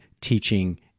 teaching